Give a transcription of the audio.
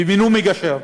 ומינו מגשר.